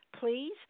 please